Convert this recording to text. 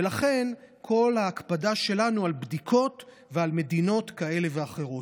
ולכן כל ההקפדה שלנו על בדיקות ועל מדינות כאלה ואחרות.